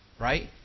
right